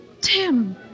Tim